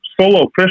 solo